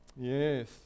Yes